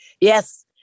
yes